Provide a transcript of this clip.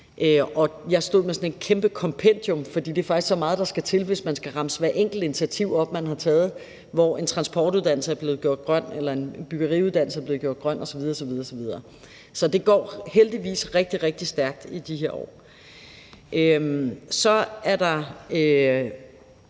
Jeg stod med sådan et kæmpe kompendium, for det er faktisk så meget, der skal til, hvis man skal remse hvert enkelt initiativ, der er taget, op med en transportuddannelse, der er blevet gjort grøn, eller en byggeriuddannelse, der er blevet gjort grøn osv. osv. Så det går heldigvis rigtig, rigtig stærkt i de her år. Så er der